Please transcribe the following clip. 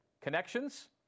connections